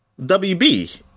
WB